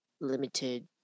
limited